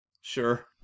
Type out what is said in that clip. Sure